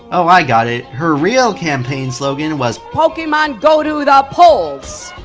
oh, i got it. her real campaign slogan was. pokemon go to the polls.